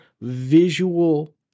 visual